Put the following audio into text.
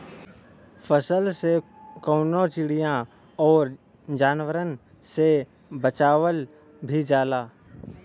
फसल के कउनो चिड़िया आउर जानवरन से बचावल भी जाला